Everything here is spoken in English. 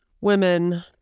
women